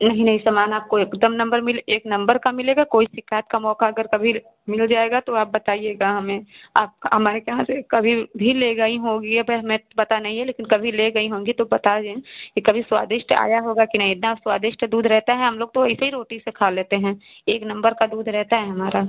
नही नही समान आपको एकदम नम्बर मिले एक नम्बर का मिलेगा कोई सिकायत का मौका अगर कभी मिल जाएगा तो आप बताइएगा हमें आप हमारे केहाँ से कभी भी ले गई होंगी या हमें पता नही है लेकिन कभी ले गई होंगी तो बता दें कि कभी स्वादिष्ट आया होगा कि नही इतना स्वादिष्ट दूध रहता है हम लोग तो ऐसे ही रोटी से खा लेते हैं एक नम्बर का दूध रहता है हमारा